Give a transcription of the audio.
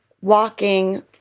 walking